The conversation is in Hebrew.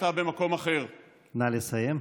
יהיה ראש ממשלה אחר, לא אני, טל,